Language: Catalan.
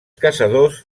caçadors